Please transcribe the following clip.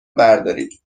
بردارید